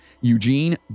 Eugene